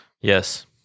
Yes